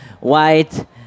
white